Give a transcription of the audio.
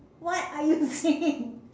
what are you singing